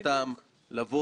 ואני רואה את חבריי מתנהלים: